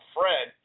Fred